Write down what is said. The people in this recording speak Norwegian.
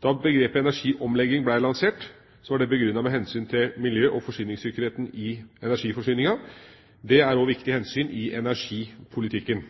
Da begrepet energiomlegging ble lansert, var det begrunnet med hensyn til miljø- og forsyningssikkerheten i energiforsyningen. Dette er også viktige hensyn i energipolitikken.